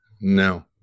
No